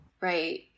Right